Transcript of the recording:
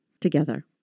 together